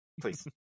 please